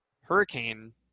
hurricane